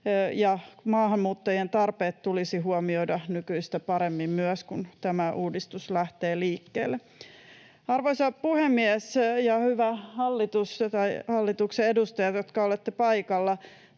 maahanmuuttajien tarpeet nykyistä paremmin myös, kun tämä uudistus lähtee liikkeelle. Arvoisa puhemies! Hyvät hallituksen edustajat, jotka olette paikalla,